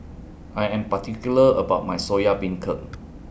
I Am particular about My Soya Beancurd